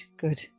good